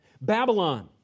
Babylon